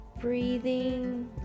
Breathing